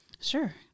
Sure